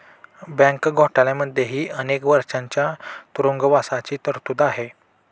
bank घोटाळ्यांमध्येही अनेक वर्षांच्या तुरुंगवासाची तरतूद आहे